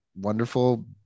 wonderful